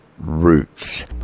roots